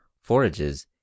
forages